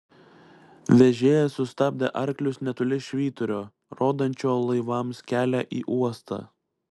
vežėjas sustabdė arklius netoli švyturio rodančio laivams kelią į uostą